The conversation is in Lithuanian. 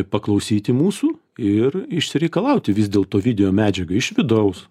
paklausyti mūsų ir išsireikalauti vis dėlto video medžiagą iš vidaus